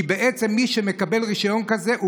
כי מי שמקבל רישיון כזה,